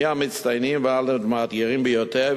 מהמצטיינים ועד למאתגרים ביותר,